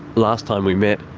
last time we met,